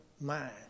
mind